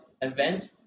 event